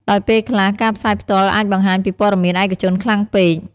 ដោយពេលខ្លះ ការផ្សាយផ្ទាល់ អាចបង្ហាញពីព័ត៌មានឯកជនខ្លាំងពេក។